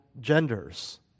genders